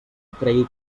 cregui